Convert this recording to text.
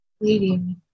Leading